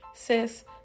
Sis